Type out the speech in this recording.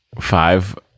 five